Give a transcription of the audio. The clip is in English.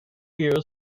year